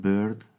Bird